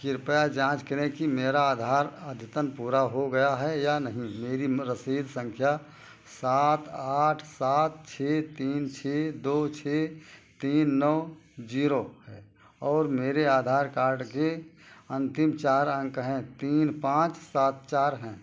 कृपया जाँच करें कि मेरा आधार अद्यतन पूरा हो गया है या नहीं मेरी रसीद संख्या सात आठ सात छः तीन छः दो छः तीन नौ जीरो है और मेरे आधार कार्ड के अंतिम चार अंक तीन पाँच सात चार हैं